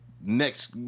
next